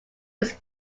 was